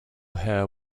hair